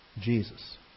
Jesus